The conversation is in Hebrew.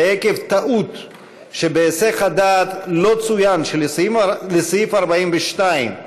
ועקב טעות שבהיסח הדעת לא צוין שלסעיף 42,